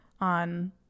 on